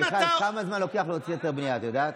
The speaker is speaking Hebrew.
מיכל, כמה זמן לוקח להוציא היתר בנייה, את יודעת?